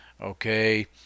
okay